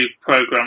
program